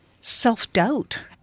self-doubt